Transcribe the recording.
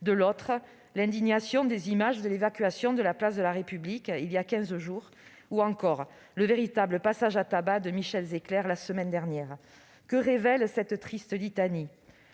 de l'autre, l'indignation suscitée par les images de l'évacuation de la place de la République, voilà quinze jours, ou encore par celles du véritable passage à tabac de Michel Zecler, la semaine dernière. Que révèle cette triste litanie ?